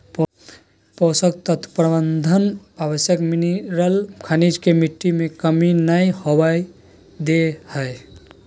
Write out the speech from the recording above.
पोषक तत्व प्रबंधन आवश्यक मिनिरल खनिज के मिट्टी में कमी नै होवई दे हई